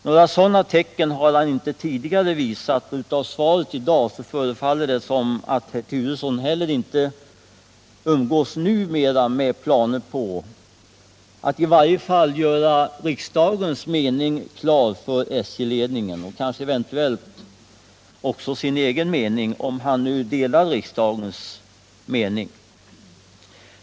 Några sådana tecken har han visserligen inte tidigare visat, och av svaret i dag förefaller det som om herr Turesson inte heller nu umgås med några planer på att i varje fall göra riksdagens mening klar för SJ ledningen — och eventuellt också sin egen mening, om han nu delar riksdagens mening.